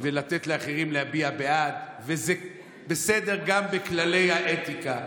ולתת לאחרים להביע בעד, וזה בסדר גם בכללי האתיקה